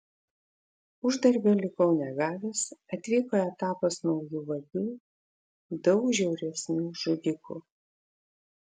uždarbio likau negavęs atvyko etapas naujų vagių daug žiauresnių žudikų